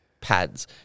pads